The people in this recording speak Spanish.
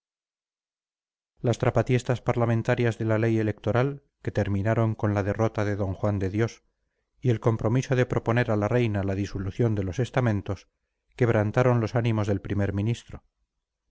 las trapatiestas parlamentarias de la ley electoral que terminaron con la derrota de d juan de dios y el compromiso de proponer a la reina la disolución de los estamentos quebrantaron los ánimos del primer ministro